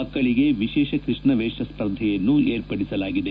ಮಕ್ಕಳಿಗೆ ವಿಶೇಷ ಕೃಷ್ಣ ವೇಷ ಸ್ಪರ್ಧೆಯನ್ನು ಏರ್ಪಡಿಸಲಾಗಿದೆ